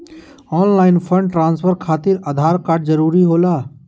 Online fund transfer खातिर Aadhaar card जरूरी होला?